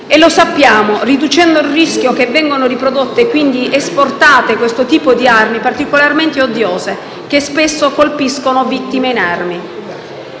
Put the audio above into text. E lo facciamo riducendo il rischio che vengano prodotte e quindi esportate questo tipo di armi particolarmente odiose, che spesso colpiscono vittime inermi.